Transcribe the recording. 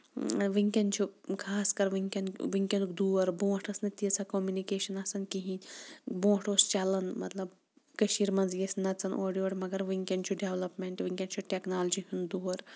وٕنکین چھُ خاص کر وٕنکین وٕنکینُک دور برونٹھ ٲس نہٕ تِیٖژاہ کومنِکیشن آسان کِہینۍ برونٹھ اوس چلان مطلب کشیٖر منٛزٕے ٲسۍ نَژان اورٕ یور مَگر وٕنکیٚن چھُ ڈیولَپمینٹ مَگر وٕنکین چھ ٹیکنولجی ہُند دور